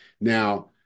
Now